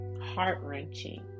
heart-wrenching